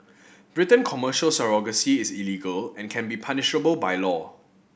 Britain Commercial surrogacy is illegal and can be punishable by law